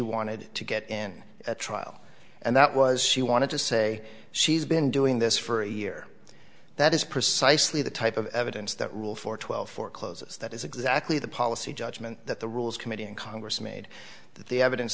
wanted to get in a trial and that was she wanted to say she's been doing this for a year that is precisely the type of evidence that rule for twelve forecloses that is exactly the policy judgment that the rules committee and congress made th